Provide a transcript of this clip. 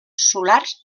solars